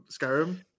Skyrim